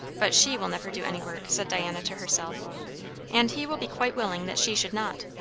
but she will never do any work, said diana to herself and he will be quite willing that she should not.